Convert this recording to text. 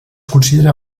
considera